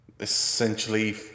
essentially